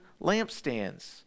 lampstands